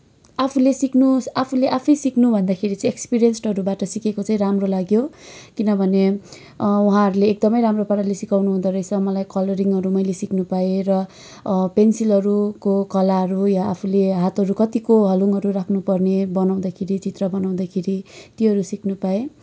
आफूले सिक्नुस आफूले आफै सिक्नुभन्दाखेरि चाहिँ एक्सपिरियस्न्डसहरूबाट सिकेको चाहिँ राम्रो लाग्यो किनभने उहाँहरूले एकदमै राम्रो पाराले सिकाउनु हुँदोरहेछ मलाई कलरिङहरू मैले सिक्नु पाएँ र पेन्सिलहरूको कलाहरू या आफूले हातहरू कतिको हलुङहरू राख्नुपर्ने बनाउँदाखेरि चित्र बनाउँदाखेरि त्योहरू सिक्नु पाएँ